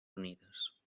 unides